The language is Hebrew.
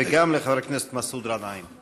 וגם לחבר הכנסת מסעוד גנאים.